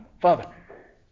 Father